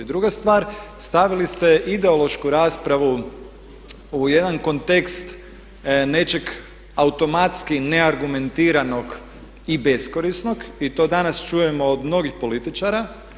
Druga stvar, stavili ste ideološku raspravu u jedan kontekst nečeg automatski neargumentiranog i beskorisnog i to danas čujemo od mnogih političara.